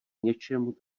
něčemu